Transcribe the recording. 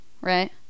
Right